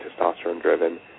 testosterone-driven